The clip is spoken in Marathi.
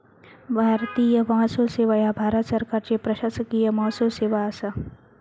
भारतीय महसूल सेवा ह्या भारत सरकारची प्रशासकीय महसूल सेवा असा